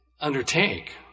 undertake